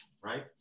right